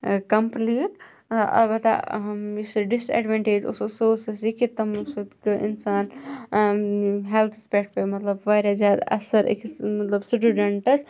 complete اَلبَتہَ یُس disadvantage اوس سُہ اوس حظ یہِ کہِ تمو سۭتۍ گوٚو اِنسان ہیٚلتھَس پیٹھ پیٚو مَطلَب واریاہ زیاد اَثَر أکِس مَطلَب سٹوڈنٹَس